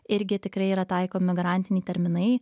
irgi tikrai yra taikomi garantiniai terminai